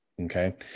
Okay